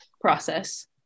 process